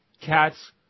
Cats